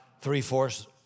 three-fourths